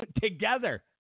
together